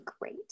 great